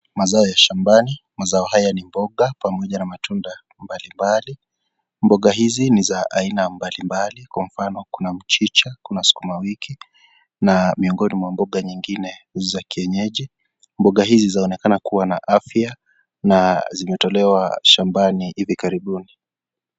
Mazao ya shambani, mazao hayo ni mboga pamoja na matunda mbalimbali, mboga hizi ni za aina mbalimbali kwa mfano kuna mchicha, kuna sukumawiki na miongoni mwa mboga nyingine za kienyeji, mboga hizi zaonekana kuwa na afya na zimetolewa shambani hivi karibuni.